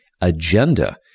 agenda